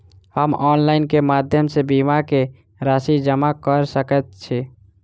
हम ऑनलाइन केँ माध्यम सँ बीमा केँ राशि जमा कऽ सकैत छी?